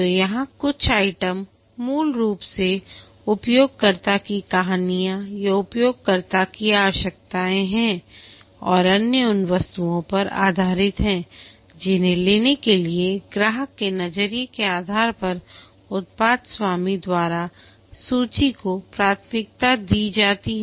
तो यहां कुछ आइटम मूल रूप से उपयोगकर्ता की कहानियां या उपयोगकर्ता की आवश्यकताएं हैं और अन्य उन वस्तुओं पर आधारित हैं जिन्हें लेने के लिए ग्राहक के नजरिए के आधार पर उत्पाद स्वामी द्वारा सूची को प्राथमिकता दी जाती है